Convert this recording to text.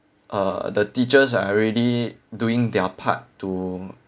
uh the teachers are already doing their part to